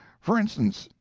for instance,